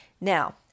Now